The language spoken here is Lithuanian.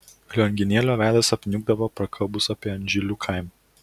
lionginėlio veidas apniukdavo prakalbus apie anžilių kaimą